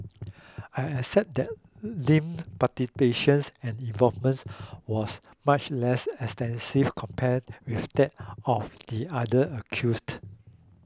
I accept that Lim participations and involvements was much less extensive compared with that of the other accused